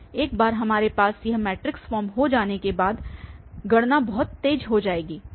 एक बार हमारे पास यह मैट्रिक्स फॉर्म हो जाने के बाद गणना बहुत तेज हो जाएगी